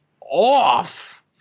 off